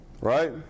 Right